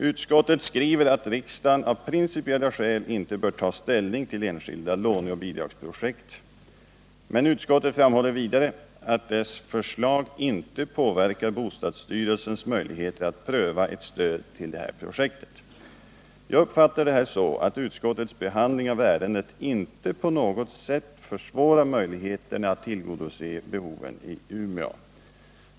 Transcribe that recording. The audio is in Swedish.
Utskottet skriver att riksdagen av principiella skäl inte bör ta ställning till enskilda låneoch bidragsprojekt, men framhåller vidare att dess förslag inte påverkar bostadsstyrelsens möjligheter att pröva ett stöd till projektet i fråga. Jag uppfattar detta så att utskottets behandling av ärendet inte på något sätt försvårar möjligheterna att tillgodose behoven i Umeå.